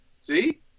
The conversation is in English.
See